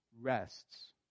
rests